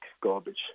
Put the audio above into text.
garbage